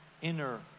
inner